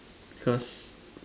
because